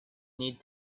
need